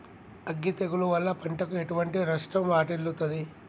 అగ్గి తెగులు వల్ల పంటకు ఎటువంటి నష్టం వాటిల్లుతది?